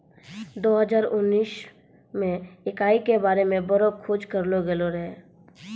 दो हजार उनैस मे इकाई के बारे मे बड़ो खोज करलो गेलो रहै